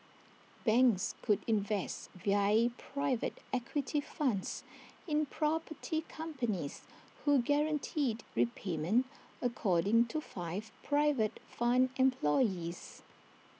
banks could invest via private equity funds in property companies who guaranteed repayment according to five private fund employees